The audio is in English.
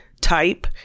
type